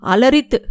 Alarit